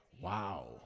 Wow